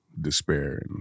despair